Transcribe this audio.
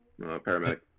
paramedic